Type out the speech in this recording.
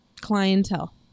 clientele